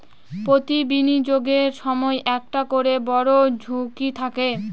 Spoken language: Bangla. প্রতি বিনিয়োগের সময় একটা করে বড়ো ঝুঁকি থাকে